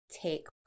take